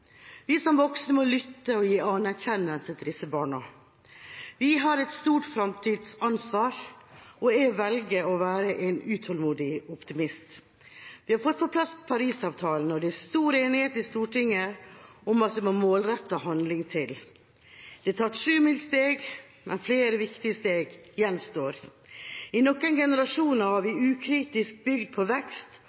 Vi som voksne må lytte og gi anerkjennelse til disse barna. Vi har et stort framtidsansvar, og jeg velger å være en utålmodig optimist. Vi har fått på plass Paris-avtalen, og det er stor enighet i Stortinget om at det må målrettet handling til. Det er tatt sjumilssteg, men flere viktige steg gjenstår. I noen generasjoner har vi ukritisk bygd vår vekst og velstand på